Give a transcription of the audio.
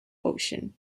ocean